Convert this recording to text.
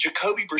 Jacoby